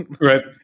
Right